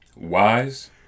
Wise